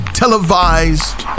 televised